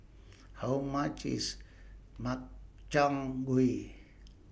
How much IS Makchang Gui